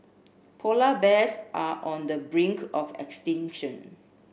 polar bears are on the brink of extinction